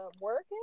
working